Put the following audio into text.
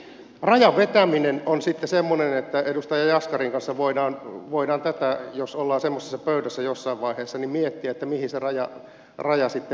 rajan vetäminen on sitten semmoinen että edustaja jaskarin kanssa voidaan jos ollaan semmoisessa pöydässä jossain vaiheessa tätä miettiä että mihin se raja sitten vedettäisiin